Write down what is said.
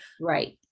right